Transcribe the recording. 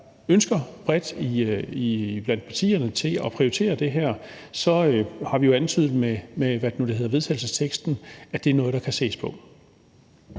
ønsker bredt blandt partierne om at prioritere det, har vi jo med vedtagelsesteksten antydet, at det er noget, som der kan ses på.